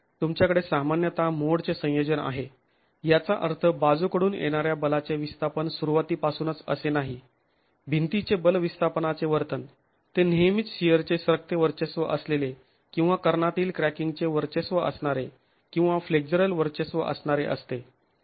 तुमच्याकडे सामान्यत मोडचे संयोजन आहे याचा अर्थ बाजूकडून येणाऱ्या बलाचे विस्थापन सुरुवातीपासूनच असे नाही भिंतीचे बल विस्थापनाचे वर्तन ते नेहमीच शिअरचे सरकते वर्चस्व असलेले किंवा कर्णातील क्रॅकिंगचे वर्चस्व असणारे किंवा फ्लेक्झरल वर्चस्व असणारे असते